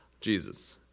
Jesus